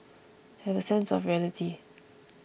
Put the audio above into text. have a sense of reality